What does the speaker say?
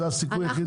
זה הסיכוי היחידי?